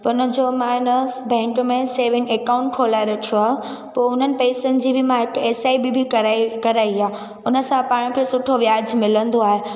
उन जो मां आहे न बैंक में सेविंग अकाउंट खोलाए रखियो आहे पोइ हुननि पैसनि जी बि मां हिकु एस आई बी बि कराई कराई आहे उन सां पाण खे सुठो व्याजु मिलंदो आहे